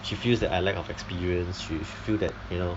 she feels that I lack of experience she feel that you know